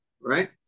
right